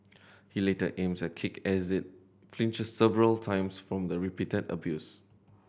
he later aims a kick at it as it flinches several times from the repeated abuse